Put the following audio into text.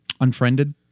Unfriended